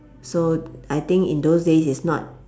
so I think in those days it's not